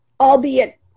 albeit